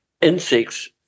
insects